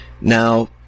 now